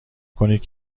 کنید